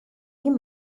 jien